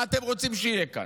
מה אתם רוצים שיהיה כאן?